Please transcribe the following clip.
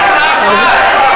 זאת הצעה אחת.